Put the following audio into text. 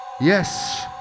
Yes